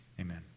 Amen